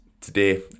today